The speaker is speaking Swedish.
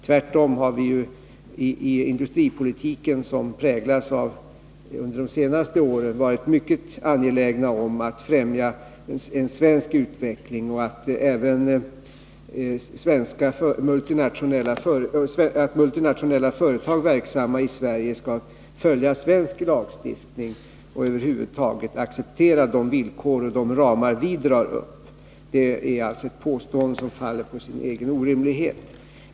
Tvärtom har vi i den industripolitik som har präglat de senaste åren varit mycket angelägna om att främja en svensk utveckling, och vi har velat se till att även multinationella företag verksamma i Sverige skall följa svensk lagstiftning och över huvud taget acceptera de villkor vi ställer och de ramar vi drar upp. Lars-Ove Hagbergs påstående faller på sin egen orimlighet.